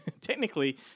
technically